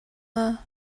dda